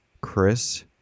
Chris